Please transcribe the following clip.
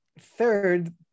Third